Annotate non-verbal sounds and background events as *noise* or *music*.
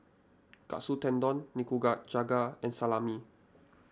Katsu Tendon *unintelligible* and Salami